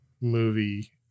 movie